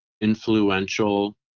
influential